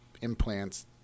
implants